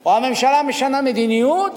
או הממשלה משנה מדיניות